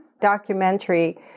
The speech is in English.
documentary